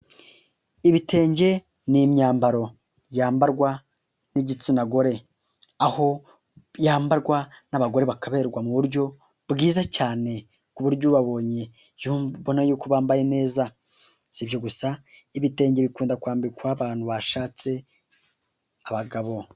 Ibitenge n'imyambaro yambarwa n'igitsina gore, aho yambarwa n'abagore bakaberwa mu buryo bwiza cyane ku buryo ubabonyebona abona y'uko bambaye neza, si ibyo gusa ibitenge bikunda kwambikwa abantu bashatse abagabo.